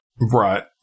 right